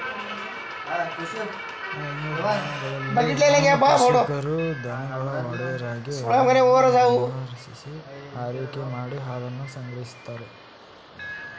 ಹೈನುದಾಣಗಳಲ್ಲಿ ಹೈನು ಕೃಷಿಕರು ದನಗಳ ಒಡೆಯರಾಗಿ ಅವನ್ನು ನಿರ್ವಹಿಸಿ ಆರೈಕೆ ಮಾಡಿ ಹಾಲನ್ನು ಸಂಗ್ರಹಿಸ್ತಾರೆ